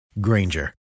Granger